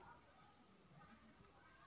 खेत अमलिए है कि क्षारिए इ कैसे पता करबै?